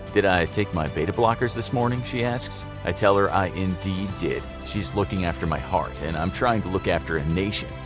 did i take my beta-blockers this morning, she asks. i tell her i indeed did. she's looking after my heart, and i'm trying to look after a nation.